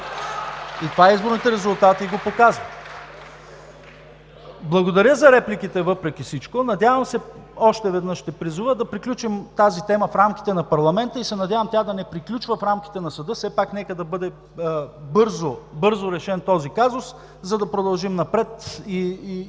И това изборните резултати го показват. Благодаря за репликите, въпреки всичко. Надявам се, още веднъж ще призова, да приключим тази тема в рамките на парламента и се надявам тя да не приключва в рамките на съда. Все пак нека да бъде бързо решен този казус, за да продължим напред. Още веднъж